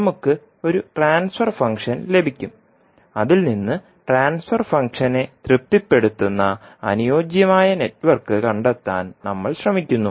നമുക്ക് ഒരു transfer function ലഭിക്കും അതിൽ നിന്ന് ട്രാൻസ്ഫർ ഫംഗ്ഷനെ തൃപ്തിപ്പെടുത്തുന്ന അനുയോജ്യമായ നെറ്റ്വർക്ക് കണ്ടെത്താൻ നമ്മൾ ശ്രമിക്കുന്നു